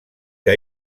que